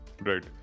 Right